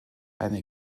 eine